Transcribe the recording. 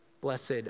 Blessed